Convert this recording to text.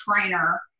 trainer